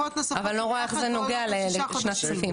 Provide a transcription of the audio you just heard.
אבל אני לא רואה איך זה נוגע לשנת כספים.